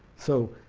so